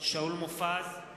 שאול מופז,